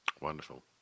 Wonderful